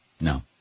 No